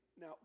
Now